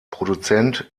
produzent